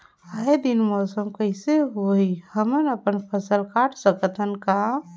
आय दिन मौसम कइसे होही, हमन अपन फसल ल काट सकत हन का?